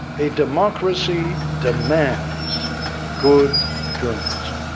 a democracy demands good journalism,